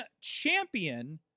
Champion